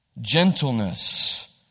gentleness